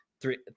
three